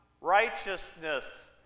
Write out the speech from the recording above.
righteousness